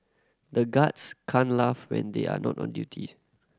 the guards can't laugh when they are not on duty